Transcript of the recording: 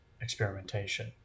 experimentation